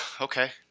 Okay